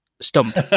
Stump